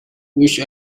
wish